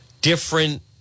different